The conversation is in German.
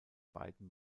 beiden